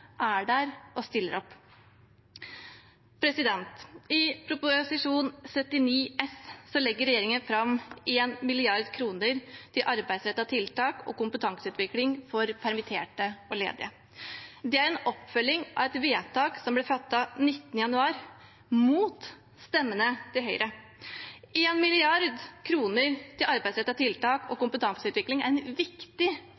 er der og at vi stiller opp. I Prop. 79 S legger regjeringen fram 1 mrd. kr til arbeidsrettede tiltak og kompetanseutvikling for permitterte og ledige. Det er en oppfølging av et vedtak som ble fattet 19. januar mot stemmene til Høyre. 1 mrd. kr til arbeidsrettede tiltak og